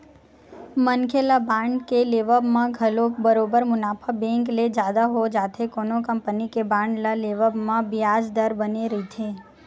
मनखे ल बांड के लेवब म घलो बरोबर मुनाफा बेंक ले जादा हो जाथे कोनो कंपनी के बांड ल लेवब म बियाज दर बने रहिथे